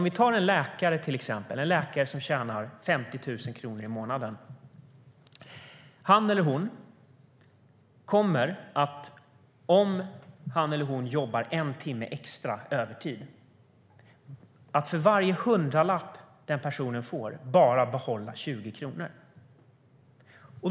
Vi kan som exempel ta en läkare som tjänar 50 000 kronor i månaden. Han eller hon kommer, om han eller hon jobbar en timme övertid, att för varje hundralapp bara få behålla 20 kronor.